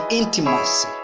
intimacy